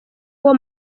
uwo